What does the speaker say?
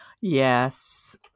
Yes